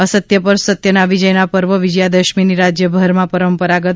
અસત્ય પર સત્યના વિજયના પર્વ વિજ્યાદશમીની રાજ્યભરમાં પરંપરાગત